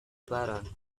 baron